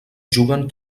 juguen